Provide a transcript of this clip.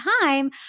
time